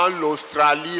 l'Australie